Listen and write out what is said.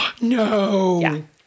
No